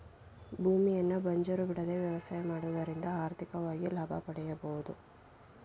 ಭೂಮಿಯನ್ನು ಬಂಜರು ಬಿಡದೆ ವ್ಯವಸಾಯ ಮಾಡುವುದರಿಂದ ಆರ್ಥಿಕವಾಗಿ ಲಾಭ ಪಡೆಯಬೋದು